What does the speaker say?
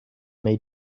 may